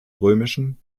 römischen